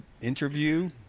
interview